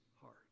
heart